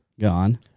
Gone